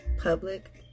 public